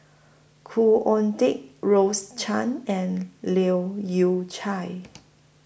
Khoo Oon Teik Rose Chan and Leu Yew Chye